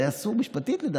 זה אסור משפטית, לדעתי.